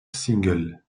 single